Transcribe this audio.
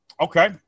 Okay